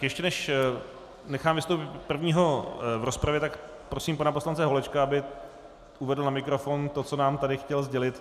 Ještě než nechám vystoupit prvního v rozpravě, tak prosím pana poslance Holečka, aby uvedl na mikrofon to, co nám tady chtěl sdělit.